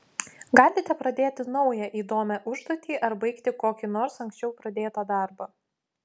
galite pradėti naują įdomią užduotį ar baigti kokį nors anksčiau pradėtą darbą